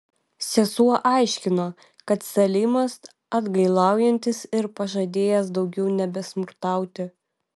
sesuo aiškino kad salimas atgailaujantis ir pažadėjęs daugiau nebesmurtauti